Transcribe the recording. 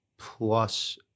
plus